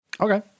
Okay